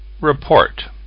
Report